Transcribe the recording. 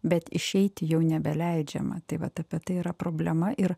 bet išeiti jau nebeleidžiama tai vat apie tai yra problema ir